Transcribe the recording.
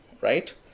right